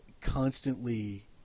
constantly